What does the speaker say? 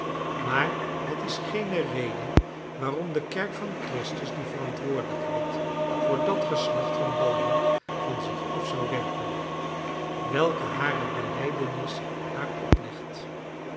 maar het is geene reden waarom de kerk van christus die verantwoordelijkheid voor dat geslacht van ballingen van zich af zou werpen welke hare belijdenis haar oplegt